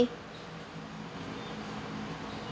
K